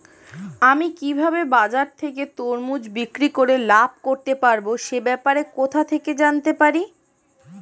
আমি কিভাবে বাজার থেকে তরমুজ বিক্রি করে লাভ করতে পারব সে ব্যাপারে কোথা থেকে জানতে পারি?